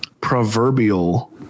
proverbial